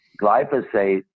glyphosate